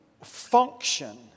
function